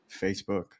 Facebook